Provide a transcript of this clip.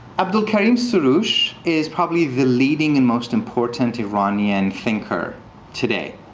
abdolkarim soroush is probably the leading, and most importantly iranian thinker today.